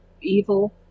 evil